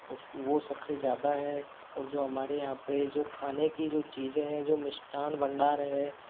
उस को वो सब से ज़्यादा है और जो हमारे यहाँ पर जो खाने की जो चीज़ें हैं जो मिष्ठान भंडार हैं